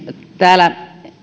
täällä